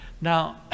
now